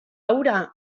hura